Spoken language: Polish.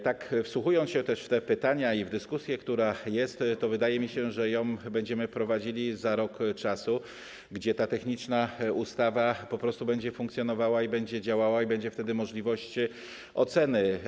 Tak wsłuchując się też w te pytania i w dyskusję, która jest, to wydaje mi się, że będziemy ją prowadzili za rok, gdzie ta techniczna ustawa po prostu będzie funkcjonowała i będzie działała, i będzie wtedy możliwość oceny.